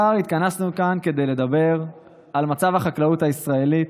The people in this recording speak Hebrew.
בעיקר התכנסנו כאן כדי לדבר על מצב החקלאות הישראלית,